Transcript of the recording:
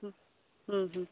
ᱦᱩᱸ ᱦᱩᱸ